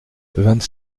vingt